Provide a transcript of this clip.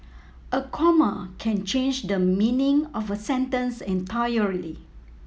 a comma can change the meaning of a sentence entirely